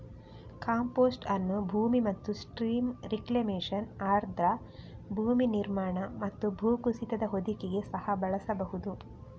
compost ಅನ್ನು ಭೂಮಿ ಮತ್ತು ಸ್ಟ್ರೀಮ್ ರಿಕ್ಲೇಮೇಶನ್, ಆರ್ದ್ರ ಭೂಮಿ ನಿರ್ಮಾಣ ಮತ್ತು ಭೂಕುಸಿತದ ಹೊದಿಕೆಗೆ ಸಹ ಬಳಸಬಹುದು